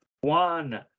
One